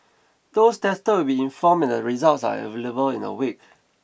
those tested will be informed the results are available in a week